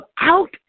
out